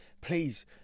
please